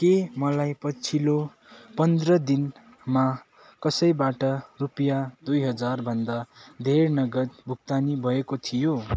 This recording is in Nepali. के मलाई पछिल्लो पन्ध्र दिनमा कसैबाट रुपियाँ दुई हजार भन्दा धेरै नगद भुक्तानी भएको थियो